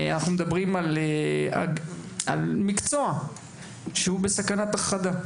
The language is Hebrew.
אנחנו מדברים על מקצוע שהוא בסכנת הכחדה.